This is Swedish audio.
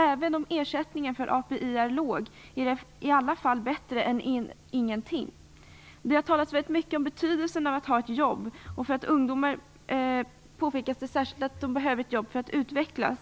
Trots att ersättningen för API är låg är den bättre än ingenting. Det har talats mycket om betydelsen av att ha ett jobb och påpekats särskilt att ungdomar behöver ett jobb för att utvecklas.